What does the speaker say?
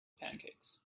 pancakes